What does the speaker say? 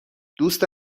دوست